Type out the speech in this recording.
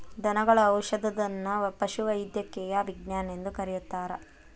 ದನಗಳ ಔಷಧದನ್ನಾ ಪಶುವೈದ್ಯಕೇಯ ವಿಜ್ಞಾನ ಎಂದು ಕರೆಯುತ್ತಾರೆ